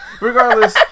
Regardless